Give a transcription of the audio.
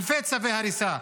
אלפי צווי הריסה,